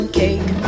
cake